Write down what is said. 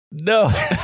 No